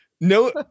no